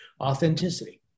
Authenticity